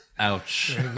Ouch